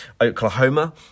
Oklahoma